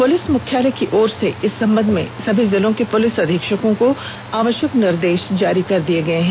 police मुख्यालय की ओर से इस संबंध में सभी जिलों के पुलिस अधीक्षकों को आवश्यक निर्देश जारी कर दिए गए हैं